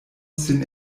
sin